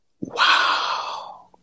Wow